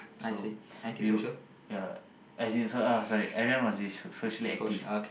so we will ya as in so uh sorry everyone must me socially active